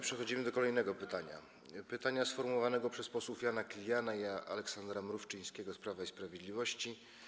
Przechodzimy do kolejnego pytania, sformułowanego przez posłów Jana Kiliana i Aleksandra Mrówczyńskiego z Prawa i Sprawiedliwości.